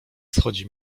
schodzi